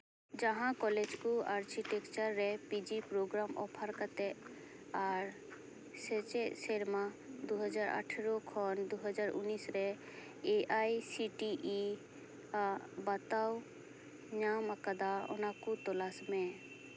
ᱡᱟᱦᱟᱸ ᱠᱚᱞᱮᱡ ᱠᱚ ᱟᱨᱴᱤᱴᱮᱠᱪᱟᱨ ᱨᱮ ᱟᱨ ᱯᱤᱡᱤ ᱯᱨᱳᱜᱽᱜᱨᱟᱢ ᱚᱯᱷᱟᱨ ᱠᱟᱛᱮ ᱟᱨ ᱥᱮᱪᱮᱫ ᱥᱮᱨᱢᱟ ᱫᱩ ᱦᱟᱡᱟᱨ ᱟᱴᱷᱮᱨᱚ ᱠᱷᱚᱱ ᱫᱩ ᱦᱟᱡᱟᱨ ᱩᱱᱤᱥ ᱨᱮ A I C T E ᱟᱜ ᱵᱟᱛᱟᱣ ᱧᱟᱢ ᱟᱠᱟᱫᱟ ᱚᱱᱟᱠᱚ ᱛᱚᱞᱟᱥ ᱢᱮ